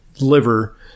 liver